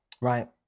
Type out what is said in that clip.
Right